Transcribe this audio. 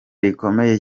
rikomeye